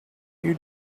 you